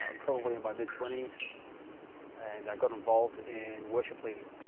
ah probably in my mid twenty s and i got involved in worship leading,